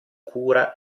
cura